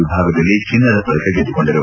ವಿಭಾಗದಲ್ಲಿ ಚಿನ್ನದ ಪದಕ ಗೆದ್ದುಕೊಂಡರು